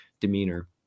demeanor